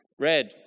red